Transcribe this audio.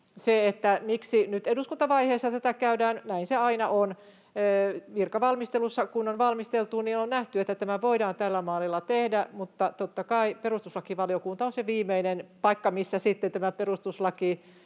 miksi nyt eduskuntavaiheessa tätä käydään, niin näin se aina on. Virkavalmistelussa, kun on valmisteltu, niin on nähty, että tämä voidaan tällä mallilla tehdä, mutta, totta kai, perustuslakivaliokunta on se viimeinen paikka, missä nämä